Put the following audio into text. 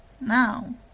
now